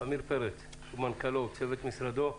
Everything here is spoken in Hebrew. עמיר פרץ, למנכ"ל ולצוות המשרד שלו.